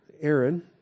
Aaron